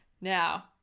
now